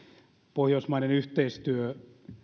pohjoismainen yhteistyö